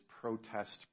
protest